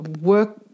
work